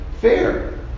fair